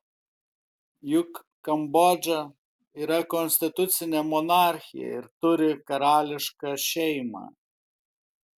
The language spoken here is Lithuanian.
juk kambodža yra konstitucinė monarchija ir turi karališką šeimą